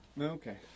Okay